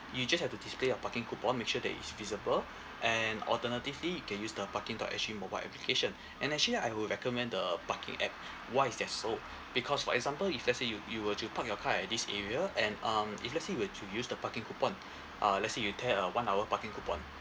you just have to display a parking coupon make sure that is visible and alternatively you can use the parking dot S G mobile application and actually I would recommend the parking app why is that so because for example if let's say you you were to park your car at this area and um if let's say you were to use the parking coupon uh let's say you tear a one hour parking coupon